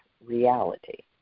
reality